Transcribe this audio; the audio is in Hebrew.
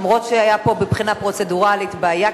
אף שהיתה פה מבחינה פרוצדורלית בעיה,